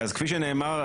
כפי שנאמר,